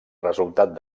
resultat